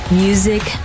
music